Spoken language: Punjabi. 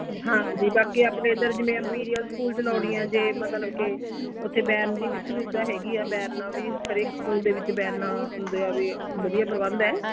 ਹਾਂ ਜੀ ਬਾਕੀ ਆਪਣੇ ਇਧਰ ਜਿਵੇਂ ਐਮਪੀਰੀਅਲ ਸਕੂਲ 'ਚ ਲਾਉਣੀ ਆ ਜੇ ਮਤਲਬ ਕਿ ਉੱਥੇ ਵੈਨ ਦੀ ਸੁਵਿਧਾ ਹੈਗੀ ਆ ਵੈਨਾਂ ਵੀ ਹਰੇਕ ਸਕੂਲ ਦੇ ਵਿੱਚ ਵੈਨਾਂ ਦਾ ਵੀ ਵਧੀਆ ਪ੍ਰਬੰਧ ਹੈ